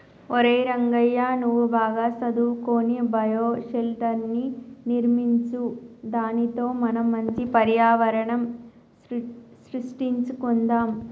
ఒరై రంగయ్య నువ్వు బాగా సదువుకొని బయోషెల్టర్ర్ని నిర్మించు దానితో మనం మంచి పర్యావరణం సృష్టించుకొందాం